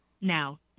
Now